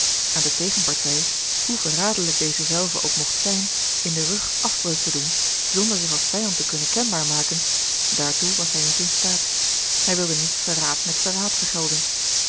aan de tegenpartij hoe verraderlijk deze zelve ook mogt zijn in den rug afbreuk te doen zonder zich als vijand te kunnen kenbaar maken daartoe was hij niet in staat hij wilde niet verraad met verraad vergelden